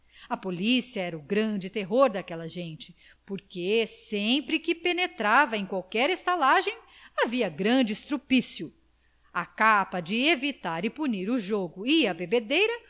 a polícia era o grande terror daquela gente porque sempre que penetrava em qualquer estalagem havia grande estropício à capa de evitar e punir o jogo e